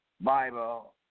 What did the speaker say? Bible